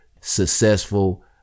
successful